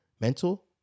Mental